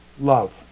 love